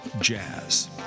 jazz